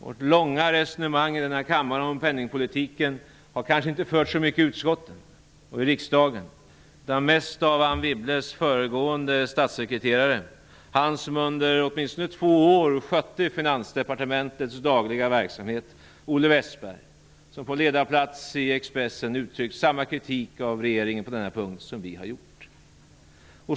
Vårt långa resonemang i denna kammare om penningpolitiken har kanske inte förts så mycket i utskotten och i riksdagen utan mest av Anne Wibbles föregående statssekreterare, han som under åtminstone två år skötte Wästberg, som på ledarplats i Expressen har uttryckt samma kritik av regeringen på den här punkten som vi.